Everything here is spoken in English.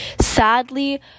sadly